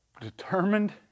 determined